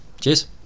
Cheers